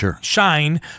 shine